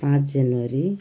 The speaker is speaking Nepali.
पाँच जनवरी